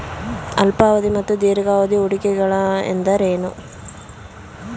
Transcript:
ಅಲ್ಪಾವಧಿ ಮತ್ತು ದೀರ್ಘಾವಧಿ ಹೂಡಿಕೆಗಳು ಎಂದರೇನು?